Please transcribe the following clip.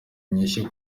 inyishu